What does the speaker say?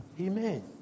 Amen